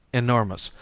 enormous,